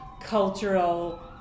cultural